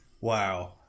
wow